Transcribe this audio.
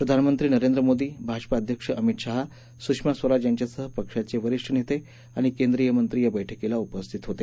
प्रधानमंत्री नरेंद्र मोदी भाजपाध्यक्ष अमित शहा सुषमा स्वराज यांच्यासह पक्षाचे वरिष्ठ नेते आणि केंद्रीय मंत्री या बैठकीला उपस्थित होते